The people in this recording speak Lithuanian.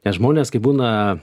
nes žmonės kai būna